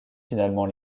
finalement